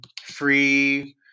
Free